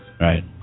Right